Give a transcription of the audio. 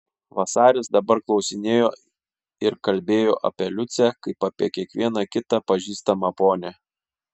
vasaris dabar klausinėjo ir kalbėjo apie liucę kaip apie kiekvieną kitą pažįstamą ponią